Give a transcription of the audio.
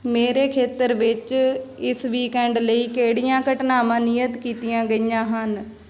ਮੇਰੇ ਖੇਤਰ ਵਿੱਚ ਇਸ ਵੀਕਐਂਡ ਲਈ ਕਿਹੜੀਆਂ ਘਟਨਾਵਾਂ ਨਿਯਤ ਕੀਤੀਆਂ ਗਈਆਂ ਹਨ